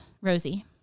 Rosie